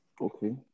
Okay